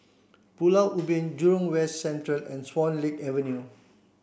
Pulau Ubin Jurong West Central and Swan Lake Avenue